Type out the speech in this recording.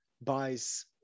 buys